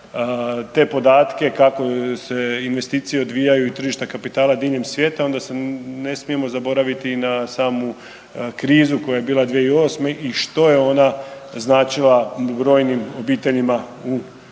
te podatke kako se investicije odvijaju i tržišta kapitala diljem svijeta onda ne smijemo zaboraviti na samu krizu koja je bila 2008. i što je ona značila brojnim obiteljima u Americi